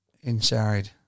inside